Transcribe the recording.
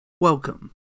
Welcome